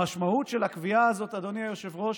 המשמעות של הקביעה הזאת, אדוני היושב-ראש,